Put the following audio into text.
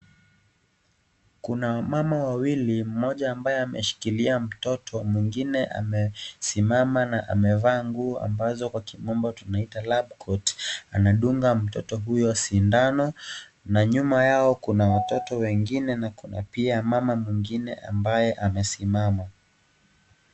Kuna, mama wawili, mmoja ambaye ameshikilia mtoto, mwingine ame, simama na amevaa nguo ambazo, kwa kimombo tunaita, (cs)labcoat(cs), anadunga mtoto huyo sindano, na nyuma yao kuna watoto wengine na kuna pia mama mwingine ambaye amesimama.